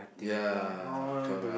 ya correct